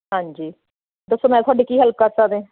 ਹਾਂਜੀ ਦੱਸੋ ਮੈਂ ਤੁਹਾਡੀ ਕੀ ਹੈਲਪ ਕਰ ਸਕਦੇ